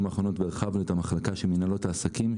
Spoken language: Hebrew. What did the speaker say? האחרונות והרחבנו את המחלקה של מנהלות העסקים,